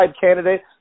candidate